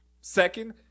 Second